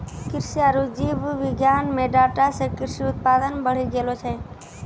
कृषि आरु जीव विज्ञान मे डाटा से कृषि उत्पादन बढ़ी गेलो छै